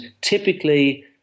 typically